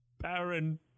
Baron